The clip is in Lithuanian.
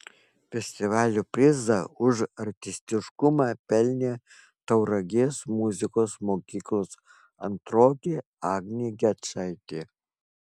festivalio prizą už artistiškumą pelnė tauragės muzikos mokyklos antrokė agnė gečaitė